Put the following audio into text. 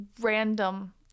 random